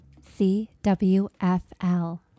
CWFL